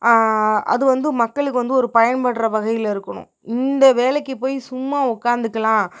அது வந்து மக்களுக்கு வந்து ஒரு பயன்படுற வகையில் இருக்கணும் இந்த வேலைக்கு போய் சும்மா உக்காந்துக்குலாம்